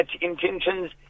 intentions